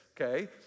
okay